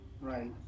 Right